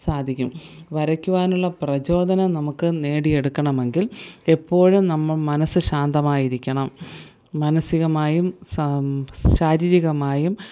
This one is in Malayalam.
സാധിക്കും വരയ്ക്കുവാനുള്ള പ്രചോദനം നമുക്ക് നേടി എടുക്കണമെങ്കിൽ എപ്പോഴും നമ്മൾ മനസ്സ് ശാന്തമായിരിക്കണം മനസികമായും ശാരീരികമായും